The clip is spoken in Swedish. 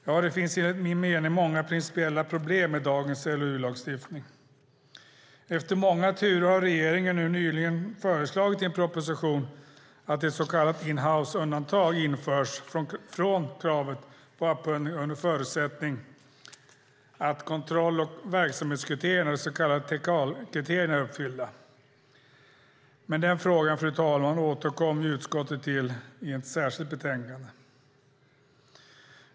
Ja, det finns enligt min mening många principiella problem med dagens LOU-lagstiftning. Efter många turer har regeringen nyligen föreslagit i en proposition att ett så kallat in house-undantag införs från kravet på upphandling under förutsättning att kontroll och verksamhetskriterierna, de så kallade Teckalkriterierna, är uppfyllda. Men den frågan, fru talman, återkommer utskottet till i ett särskilt betänkande.